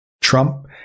Trump